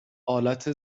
آلت